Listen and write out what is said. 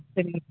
சரிங்க சரி